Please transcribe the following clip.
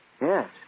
Yes